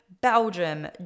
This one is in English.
Belgium